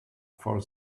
for